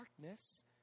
darkness